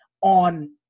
on